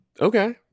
okay